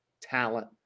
talent